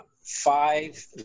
five